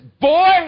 Boy